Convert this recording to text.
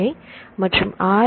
ஏ மற்றும் ஆர்